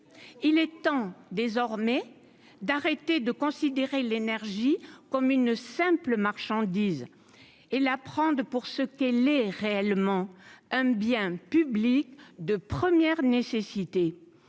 il est temps désormais d'arrêter de considérer l'énergie comme une simple marchandise et la prendre pour ce qu'elle est réellement un bien public de première nécessité,